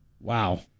Wow